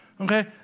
Okay